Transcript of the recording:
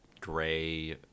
gray